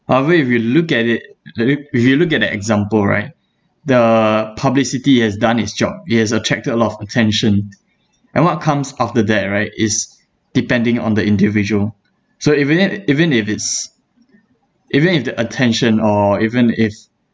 uh even if you look at it let it if you look at the example right the publicity has done its job it has attracted a lot of attention and what comes after that right is depending on the individual so even it even if it's even if the attention or even if